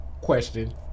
question